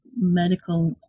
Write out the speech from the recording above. medical